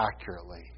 accurately